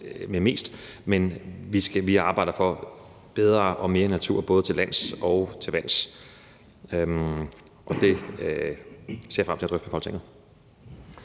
med mest, men vi arbejder for bedre og mere natur både til lands og til vands. Det ser jeg frem til at drøfte med Folketinget.